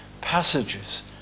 passages